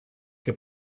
che